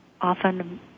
often